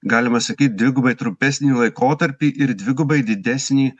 galima sakyt dvigubai trumpesnį laikotarpį ir dvigubai didesnį